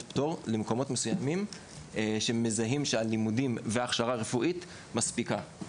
פטור למקומות מסוימים שמזהים שהלימודים וההכשרה הרפואית מספיקה.